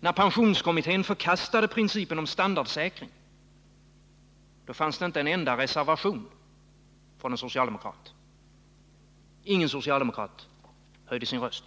När pensionskommittén förkastade principen om standardsäkring, då fanns det inte en enda reservation från en socialdemokrat. Ingen socialdemokrat höjde sin röst.